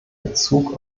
bezug